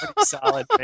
solid